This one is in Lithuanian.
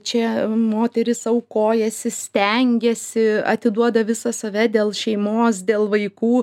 čia moteris aukojasi stengiasi atiduoda visą save dėl šeimos dėl vaikų